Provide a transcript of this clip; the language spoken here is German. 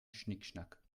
schnickschnack